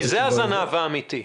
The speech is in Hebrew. כי זה הזנב האמיתי.